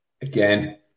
again